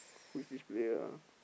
who is this player ah